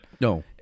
No